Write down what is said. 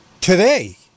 Today